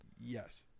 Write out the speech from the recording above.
Yes